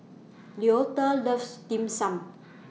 Leota loves Dim Sum